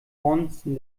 bonzen